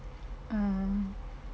ah